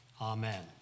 Amen